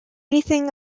anything